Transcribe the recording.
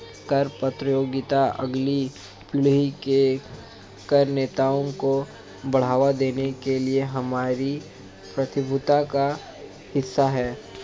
कर प्रतियोगिता अगली पीढ़ी के कर नेताओं को बढ़ावा देने के लिए हमारी प्रतिबद्धता का हिस्सा है